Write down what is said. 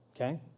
okay